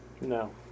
No